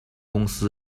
公司